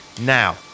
Now